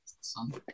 sun